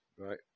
right